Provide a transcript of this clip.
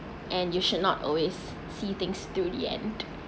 and you should not always see things till the end